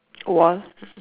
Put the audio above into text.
wall